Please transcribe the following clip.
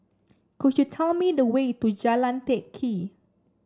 could you tell me the way to Jalan Teck Kee